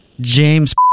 James